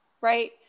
right